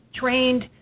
trained